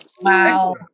Wow